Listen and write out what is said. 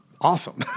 awesome